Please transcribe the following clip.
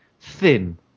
thin